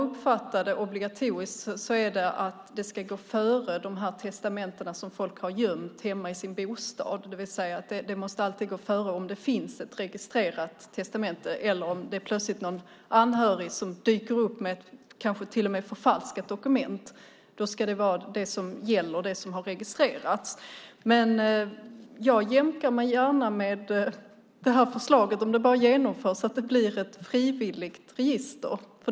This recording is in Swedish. Poängen är att det ska gå före de testamenten som folk har gömt hemma i bostaden eller om det dyker upp en anhörig med kanske till och med ett förfalskat dokument, det vill säga ett registrerat testamente ska alltid gå före och gälla. Jag jämkar gärna bara förslaget genomförs.